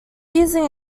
using